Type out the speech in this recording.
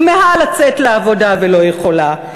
כמהה לצאת לעבודה ולא יכולה.